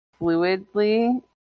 fluidly